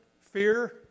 fear